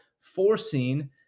forcing